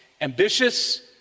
ambitious